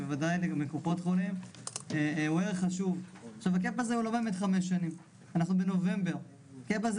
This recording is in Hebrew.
של הוצאת מטופלים כרוניים ממסגרות בקהילה.